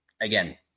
again